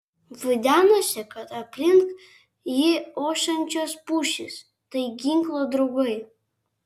vaidenosi kad aplink jį ošiančios pušys tai ginklo draugai